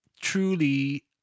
truly